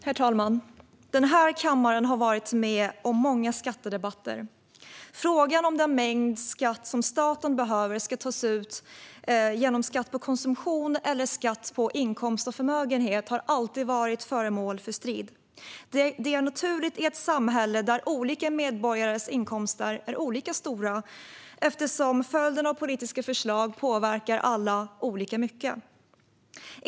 Herr talman! Den här kammaren har varit med om många skattedebatter. Frågan om den mängd skatt som staten behöver ska tas ut i form av skatt på konsumtion eller skatt på inkomst och förmögenhet har alltid varit föremål för strid. Detta är naturligt i ett samhälle där olika medborgares inkomster är olika stora eftersom följden av politiska förslag påverkar alla olika mycket.